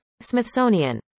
Smithsonian